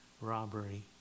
robbery